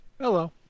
Hello